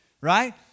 right